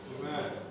Amen